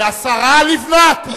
השרה לבנת,